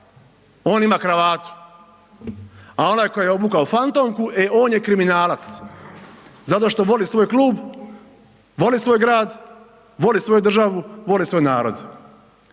on ima kravatu, a onaj ko je obukao fantomku, e on je kriminalac zato što voli svoj klub, voli svoj grad, voli svoju državu, voli svoj narod.